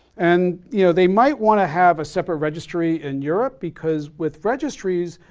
and you know they might wanna have a separate registry in europe because with registries,